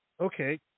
okay